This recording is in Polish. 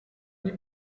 nie